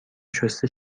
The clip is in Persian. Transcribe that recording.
شسته